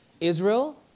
Israel